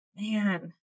Man